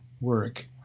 work